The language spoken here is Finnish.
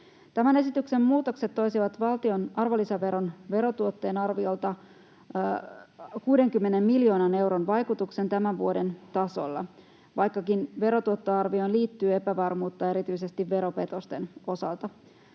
Tämän esityksen muutokset toisivat valtion arvonlisäveron verotuottoon arviolta 60 miljoonan euron vaikutuksen tämän vuoden tasolla, vaikkakin verotuottoarvioon liittyy epävarmuutta erityisesti veropetosten osalta.